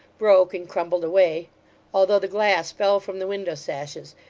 broke and crumbled away although the glass fell from the window-sashes,